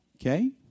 Okay